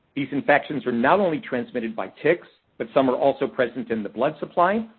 these infections are not only transmitted by ticks, but some are also present in the blood supply,